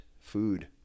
food